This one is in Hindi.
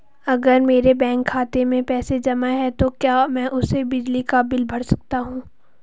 अगर मेरे बैंक खाते में पैसे जमा है तो क्या मैं उसे बिजली का बिल भर सकता हूं?